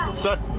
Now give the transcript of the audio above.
sir,